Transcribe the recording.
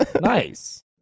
Nice